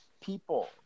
people